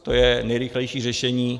To je nejrychlejší řešení.